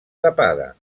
tapada